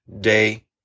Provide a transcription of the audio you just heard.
day